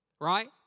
right